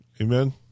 Amen